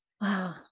Wow